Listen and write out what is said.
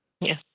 Yes